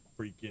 freaking